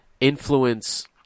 influence